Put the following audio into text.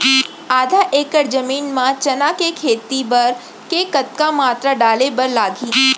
आधा एकड़ जमीन मा चना के खेती बर के कतका मात्रा डाले बर लागही?